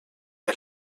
der